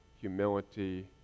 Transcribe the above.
humility